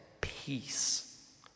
peace